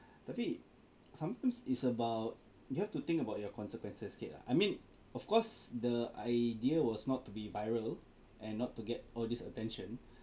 tapi sometimes it's about you you have to think about your consequences okay lah I mean of course the idea was not to be viral and not to get all this attention